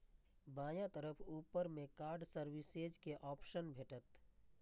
बायां तरफ ऊपर मे कार्ड सर्विसेज के ऑप्शन भेटत